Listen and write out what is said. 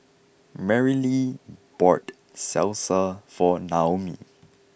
Merrilee bought Salsa for Naomi